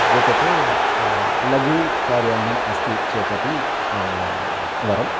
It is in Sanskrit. एतत् लघु कार्यानम् अस्ति चेतपि वरम्